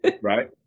Right